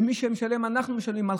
ומי שמשלם, אנחנו משלמים.